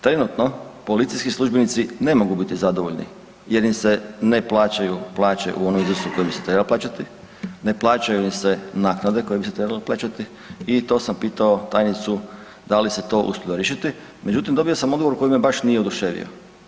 Trenutno policijski službenici ne mogu biti zadovoljni jer im se ne plaćaju plaće u onom iznosu u kojem bi se trebali plaćati, ne plaćaju im se naknade koje bi se trebale plaćati i to sam pitao tajnicu da li se to uspjelo riješiti međutim dobio sam odgovor koji me baš nije oduševio.